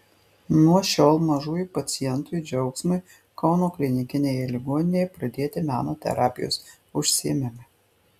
nuo šiol mažųjų pacientui džiaugsmui kauno klinikinėje ligoninėje pradėti meno terapijos užsiėmimai